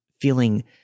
feeling